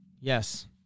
Yes